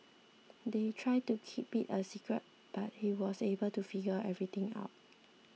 they tried to keep it a secret but he was able to figure everything out